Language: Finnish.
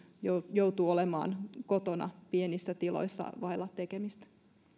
joutuu olemaan kotona pienissä tiloissa vailla tekemistä